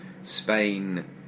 Spain